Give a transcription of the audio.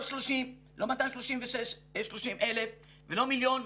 לא 230,000 ולא מיליון.